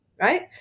right